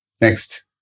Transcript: Next